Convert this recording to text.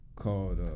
called